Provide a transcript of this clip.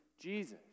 Jesus